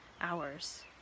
hours